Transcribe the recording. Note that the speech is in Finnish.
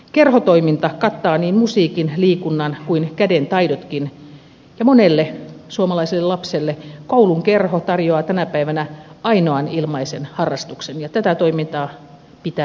kerhotoiminta kattaa niin musiikin liikunnan kuin kädentaidotkin ja monelle suomalaiselle lapselle koulun kerho tarjoaa tänä päivänä ainoan ilmaisen harrastuksen ja tätä toimintaa pitää edelleenkin tukea